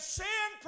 sin